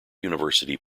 university